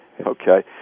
Okay